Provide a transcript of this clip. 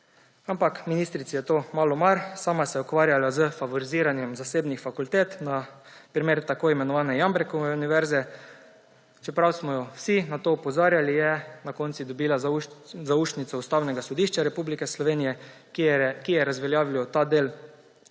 Ampak ministrici je za to malo mar, sama se je ukvarjala s favoriziranjem zasebnih fakultet, na primer tako imenovane Jambrekove univerze. Čeprav smo jo vsi na to opozarjali, je na koncu dobila zaušnico Ustavnega sodišča Republike Slovenije, ki je razveljavilo del protikoronskega